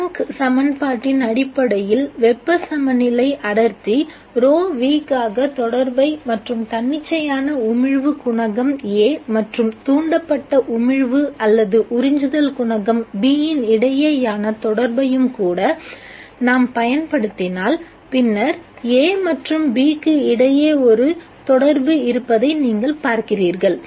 blank சமன்பாட்டின் அடிப்படையில் வெப்பச் சமநிலை அடர்த்தி ρν க்காக தொடர்பை மற்றும் தன்னிச்சையான உமிழ்வு குணகம் A மற்றும் தூண்டப்பட்ட உமிழ்வு அல்லது உறிஞ்சுதல் குணகம் B இன் இடையேயான தொடர்பையும் கூட நாம் பயன்படுத்தினால் பின்னர் A மற்றும் B க்கு இடையே ஒரு தொடர்பு இருப்பதை நீங்கள் பார்க்கிறீர்கள்